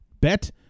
bet